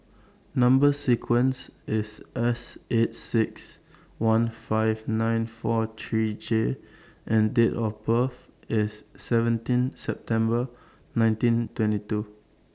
Number sequence IS S eight six one five nine four three J and Date of birth IS seventeen September nineteen twenty two